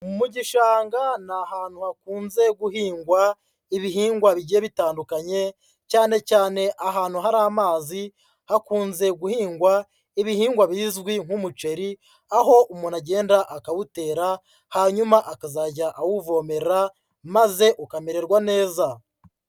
Mu gishanga ni ahantu hakunze guhingwa ibihingwa bigiye bitandukanye, cyane cyane ahantu hari amazi, hakunze guhingwa ibihingwa bizwi nk'umuceri, aho umuntu agenda akawutera, hanyuma akazajya awuvomera maze ukamererwa neza.